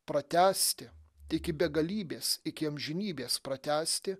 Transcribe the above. pratęsti iki begalybės iki amžinybės pratęsti